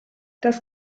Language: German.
das